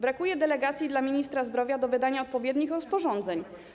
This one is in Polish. Brakuje delegacji dla ministra zdrowia do wydania odpowiednich rozporządzeń.